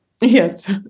yes